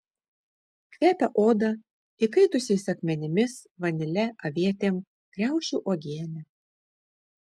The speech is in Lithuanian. kvepia oda įkaitusiais akmenimis vanile avietėm kriaušių uogiene